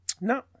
No